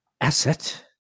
asset